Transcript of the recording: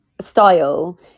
style